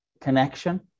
connection